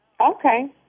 Okay